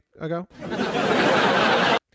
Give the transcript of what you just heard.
ago